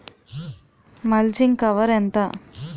Mulching cover ఎంత?